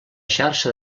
xarxa